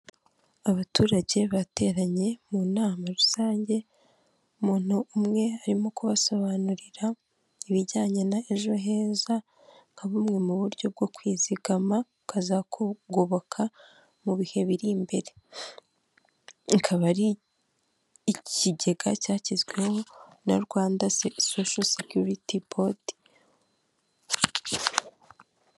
Abaturage bateranye mu nama rusange umuntu umwe arimo kubasobanurira ibijyanye na ejo heza nka bumwe mu buryo bwo kwizigama ukazakugoboka mu bihe biri imbere, ikaba ari ikigega cyashyizweho na Rwanda sosho secyuriti bodi.